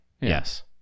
yes